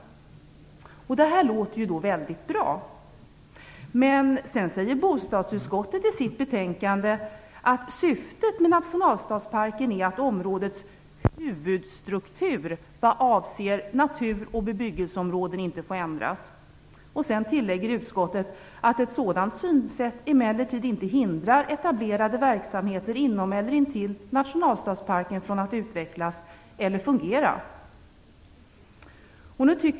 Detta låter ju väldigt bra. Men sedan säger bostadsutskottet i sitt betänkande att syftet med nationalstadsparken är att områdets huvudstruktur vad avser natur och bebyggelseområden inte får ändras. Därefter tillägger utskottet att ett sådant synsätt emellertid inte hindrar etablerade verksamheter inom eller intill nationalstadsparken från att utvecklas eller fungera.